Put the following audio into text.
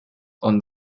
und